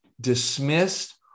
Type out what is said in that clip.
dismissed